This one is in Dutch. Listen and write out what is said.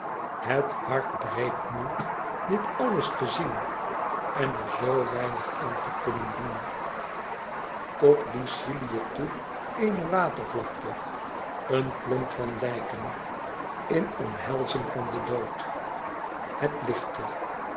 het hart breekt me dit alles te zien en er zoo weinig aan te kunnen doen tot lycilië toe eene watervlakte een klomp van lijken in omhelzing van den dood het lichtte